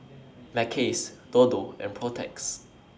Mackays Dodo and Protex